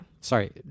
Sorry